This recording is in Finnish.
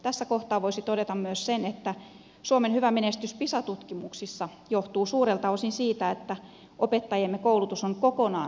tässä kohtaa voisi todeta myös sen että suomen hyvä menestys pisa tutkimuksissa johtuu suurelta osin siitä että opettajiemme koulutus on kokonaan yliopistotasoista